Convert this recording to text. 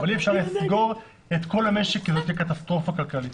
אבל אי אפשר לסגור את כל המשק כי זו תהיה קטסטרופה כלכלית.